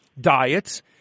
diets